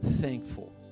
thankful